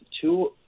two